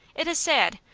it is sad,